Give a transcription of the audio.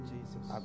Jesus